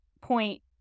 point